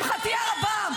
לשמחתי הרבה,